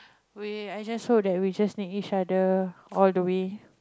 we I just hope that we just need each other all the way